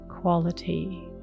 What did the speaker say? quality